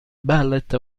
ballet